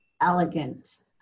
elegant